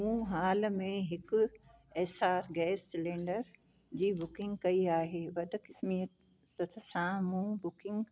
मूं हाल में हिकु एस आर गैस सिलैंडर जी बुकिंग कई आहे बदक़िस्मती सां मूं बुकिंग